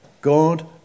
God